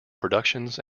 productions